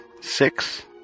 six